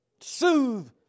soothe